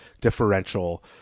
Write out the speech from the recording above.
differential